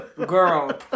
Girl